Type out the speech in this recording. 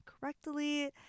correctly